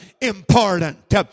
important